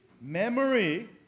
Memory